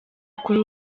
kuri